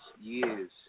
years